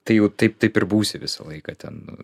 tai jau taip taip ir būsi visą laiką ten